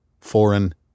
foreign